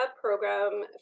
program